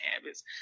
habits